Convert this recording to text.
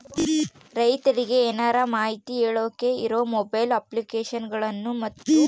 ರೈತರಿಗೆ ಏನರ ಮಾಹಿತಿ ಕೇಳೋಕೆ ಇರೋ ಮೊಬೈಲ್ ಅಪ್ಲಿಕೇಶನ್ ಗಳನ್ನು ಮತ್ತು?